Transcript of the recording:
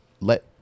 let